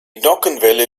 nockenwelle